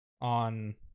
on